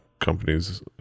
companies